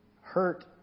hurt